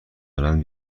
هلند